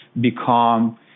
become